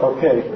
Okay